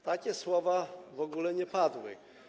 Takie słowa w ogóle nie padły.